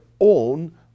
own